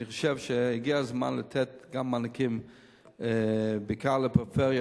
אני חושב שהגיע הזמן גם לתת מענקים בעיקר לפריפריה,